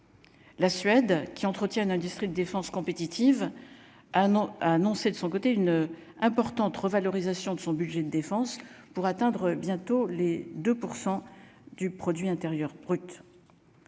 la Suède, qui entretient une industrie de défense compétitive ah non, a annoncé de son côté une importante revalorisation de son budget de défense pour atteindre bientôt les 2 % du